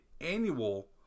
annual